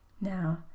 Now